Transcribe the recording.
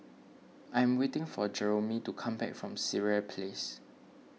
I am waiting for Jeromy to come back from Sireh Place